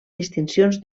distincions